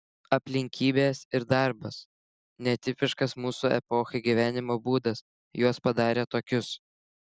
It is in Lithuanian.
aplinkybės ir darbas netipiškas mūsų epochai gyvenimo būdas juos padarė tokius